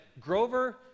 Grover